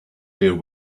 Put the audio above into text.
there